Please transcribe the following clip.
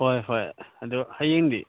ꯍꯣꯏ ꯍꯣꯏ ꯑꯗꯨ ꯍꯌꯦꯡꯗꯤ